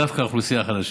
דווקא האוכלוסייה החלשה.